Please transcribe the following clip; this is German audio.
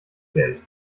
geld